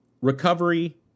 Recovery